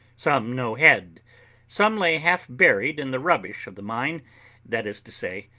some no head some lay half buried in the rubbish of the mine that is to say,